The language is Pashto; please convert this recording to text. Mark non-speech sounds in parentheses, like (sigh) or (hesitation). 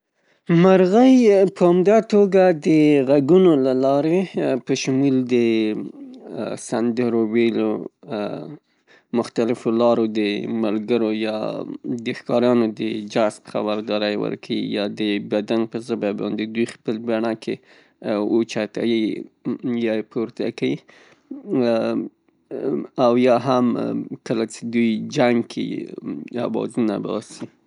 مرغۍ په عمده توګه د غږونو له لارې په شمول د سندرو ویلو مختلفو لارو د ملګرو یا د ښکاریانو د جذب خبرداری ورکوي یا د بدن په زبه باندې دوی خپل بڼکې اوچتوي یا یې پورته کیي (hesitation) او یا هم کله چې دوی جنګ کیي آوازونه باسي.